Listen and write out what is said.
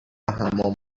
حمام